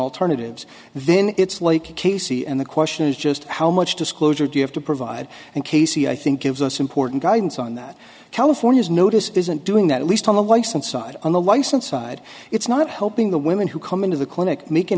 alternatives then it's like casey and the question is just how much disclosure do you have to provide and casey i think gives us important guidance on that california's notice isn't doing that at least on the license side on the license side it's not helping the women who come into the clinic make an